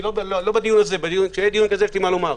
בדיון כזה יש לי מה לומר.